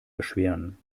beschweren